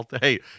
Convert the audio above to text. Hey